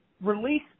release